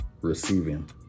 receiving